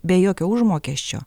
be jokio užmokesčio